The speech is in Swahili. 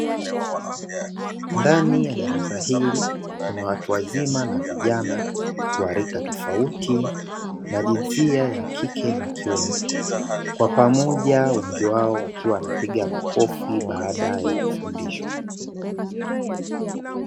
Ndani ya darasa hili, kuna watu wazima na vijana wa rika tofauti na jinsia ya kike na kiume kwa pamoja, wengi wao wakiwa wanapiga makofi baada ya kufundishwa.